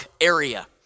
area